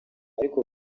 ariko